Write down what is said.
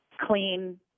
clean